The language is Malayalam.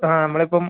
ആ നമ്മൾ ഇപ്പം